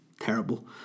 Terrible